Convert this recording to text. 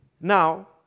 Now